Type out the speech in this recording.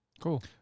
Cool